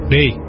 Hey